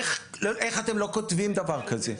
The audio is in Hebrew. איך אתם לא כותבים דבר כזה?